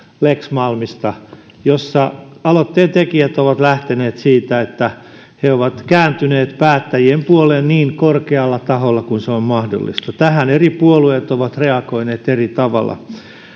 lex malmista jossa aloitteen tekijät ovat lähteneet siitä että he ovat kääntyneet päättäjien puoleen niin korkealla taholla kuin se on mahdollista tähän eri puolueet ovat reagoineet eri tavalla